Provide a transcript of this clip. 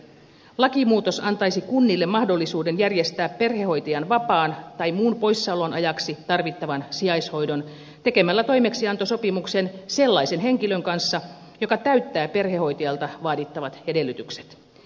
lakimuutos antaisi kunnille mahdollisuuden järjestää perhehoitajan vapaan tai muun poissaolon ajaksi tarvittavan sijaishoidon tekemällä toimeksiantosopimuksen sellaisen henkilön kanssa joka täyttää perhehoitajalta vaadittavat edellytykset